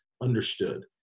understood